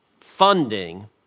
funding